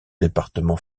département